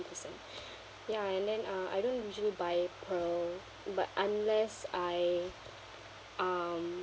percent ya and then uh I don't usually buy pearl but unless I um